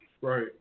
right